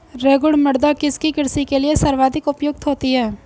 रेगुड़ मृदा किसकी कृषि के लिए सर्वाधिक उपयुक्त होती है?